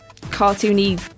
cartoony